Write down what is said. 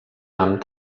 amb